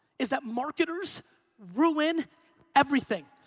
is that marketers ruin everything.